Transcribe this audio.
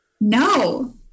No